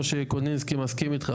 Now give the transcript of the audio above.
משה קונינסקי אני מסכים איתך,